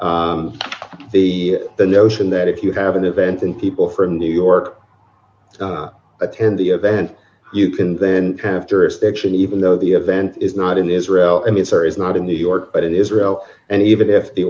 here the the notion that if you have an event and people from new york attend the event you can then after its action even though the event is not in israel i mean there is not in new york but in israel and even